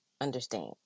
understand